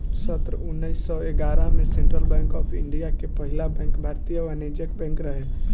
सन्न उन्नीस सौ ग्यारह में सेंट्रल बैंक ऑफ़ इंडिया के पहिला बैंक भारतीय वाणिज्यिक बैंक रहे